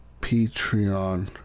Patreon